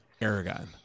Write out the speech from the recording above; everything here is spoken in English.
Aragon